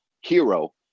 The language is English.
hero